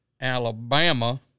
Alabama